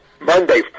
Monday